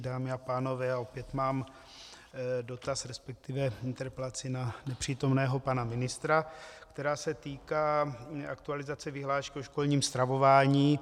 Dámy a pánové, opět mám dotaz, resp. interpelaci na nepřítomného pana ministra , která se týká aktualizace vyhlášky o školním stravování.